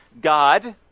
God